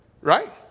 Right